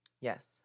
Yes